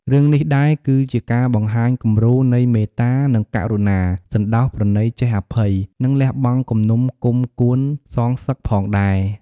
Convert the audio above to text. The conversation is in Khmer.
រឿងនេះដែរ គឺជាការបង្ហាញគំរូនៃ មេត្តា និងករុណា សណ្តោសប្រណីចេះអភ័យ និងលះបង់គំនុំគំគួនសងសឹកផងដែរ ។